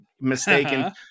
mistaken